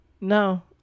No